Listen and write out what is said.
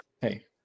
Hey